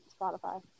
Spotify